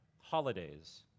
holidays